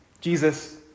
Jesus